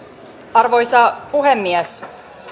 arvoisa puhemies